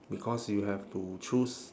because you have to choose